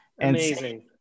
Amazing